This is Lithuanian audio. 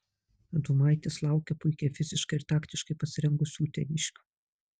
adomaitis laukia puikiai fiziškai ir taktiškai pasirengusių uteniškių